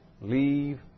Leave